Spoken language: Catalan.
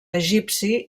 egipci